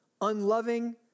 unloving